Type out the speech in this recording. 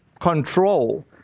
control